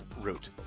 route